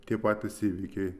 tie patys įvykiai